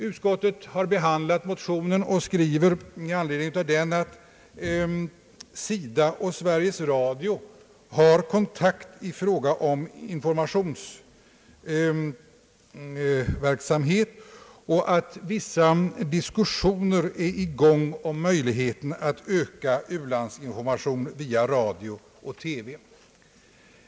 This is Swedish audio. Utskottet har behandlat motionen och skriver med anledning av den att SIDA och Sveriges Radio har kontakt i fråga om informationsverksamhet och att vissa diskussioner pågår om möjligheten att öka u-landsinformationen via radio och TV.